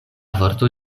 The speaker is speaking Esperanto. vorto